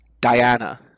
Diana